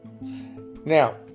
Now